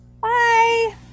Bye